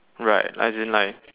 right as in like